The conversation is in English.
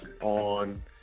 on